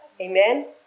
Amen